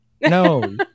No